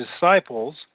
disciples